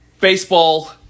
Baseball